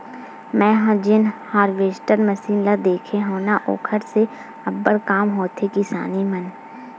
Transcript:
मेंहा जेन harvester machine ल देखे हव न ओखर से अब्बड़ काम होथे किसानी मन